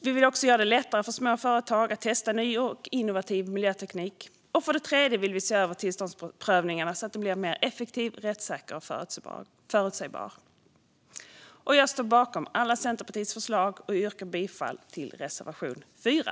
Vi vill göra det lättare för små företag att testa ny och innovativ miljöteknik. Vi vill också se över tillståndsprövningen så att den blir mer effektiv, rättssäker och förutsägbar. Jag står bakom alla Centerpartiets förslag men yrkar bifall endast till reservation 4.